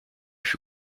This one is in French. fut